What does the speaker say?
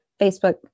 Facebook